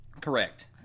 Correct